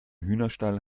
hühnerstall